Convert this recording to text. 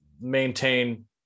maintain